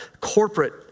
corporate